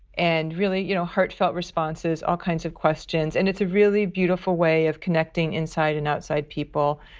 and really you know heartfelt responses, all kinds of questions, and it's a really beautiful way of connecting inside and outside people.